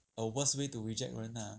a worst way to reject 人 lah